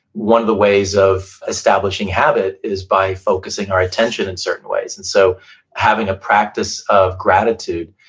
one of the ways of establishing habit is by focusing our attention in certain ways. and so having a practice of gratitude,